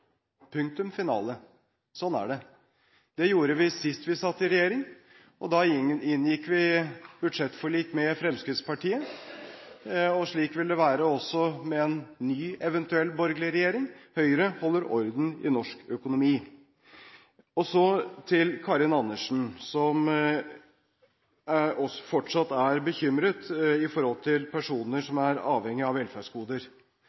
punktum finale. Sånn er det. Det gjorde vi sist vi satt i regjeringen – da inngikk vi budsjettforlik med Fremskrittspartiet – og slik vil det vel være også med en ny eventuell borgerlig regjering: Høyre holder orden i norsk økonomi. Så til Karin Andersen, som fortsatt er bekymret